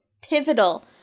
Pivotal